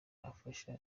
afasha